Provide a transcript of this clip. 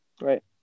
Right